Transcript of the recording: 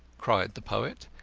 cried the poet.